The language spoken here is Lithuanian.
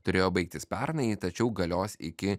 turėjo baigtis pernai tačiau galios iki